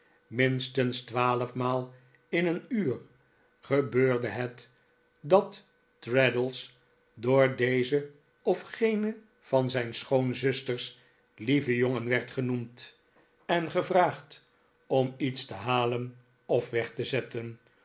minstens twaalfmaal in een uur gebeurde het dat traddles door deze of gene van zijn schoonzusters lieve jongen werd genoemd en gevraagd om iets te halen of weg te zetten